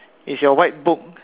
is your white book